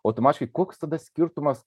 automatiškai koks tada skirtumas